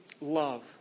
love